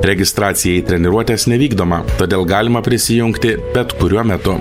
registracija į treniruotes nevykdoma todėl galima prisijungti bet kuriuo metu